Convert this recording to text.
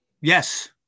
Yes